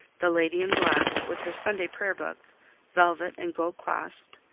the lady in black, with her sunday prayer-book velvet and gold-clasped,